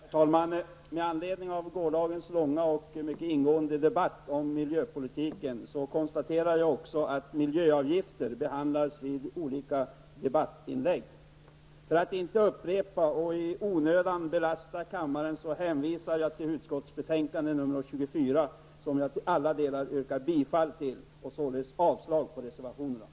Herr talman! Med anledning av gårdagens långa och mycket ingående debatt om miljöpolitiken konstaterar jag att även miljöavgifter behandlades i olika debattinlägg. För att inte upprepa dem och i onödan belasta kammaren hänvisar jag till utskottets betänkande SkU24, som jag till alla delar yrkar bifall till. Jag yrkar således avslag på reservationerna.